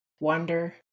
wonder